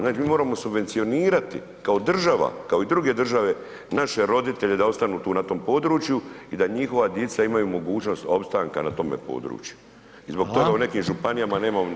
Znači mi moramo subvencionirati, kao država, kao i druge države, naše roditelje, da ostanu tu na tom području i da njihova djeca imaju mogućnost ostanka na tome području i zbog toga u nekim županijama nemamo ni 10